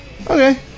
Okay